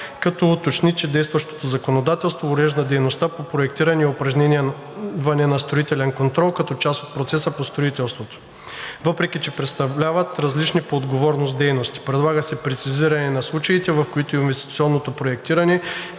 като уточни, че действащото законодателство урежда дейностите по проектиране и упражняване на строителен контрол като част от процеса по строителството, въпреки че представляват различни по отговорност дейности. Предлага се прецизиране на случаите, в които инвестиционното проектиране